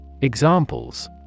Examples